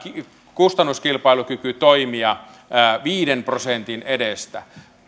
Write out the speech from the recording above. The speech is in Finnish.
kustannuskilpailukykytoimia viiden prosentin edestä